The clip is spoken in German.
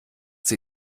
sie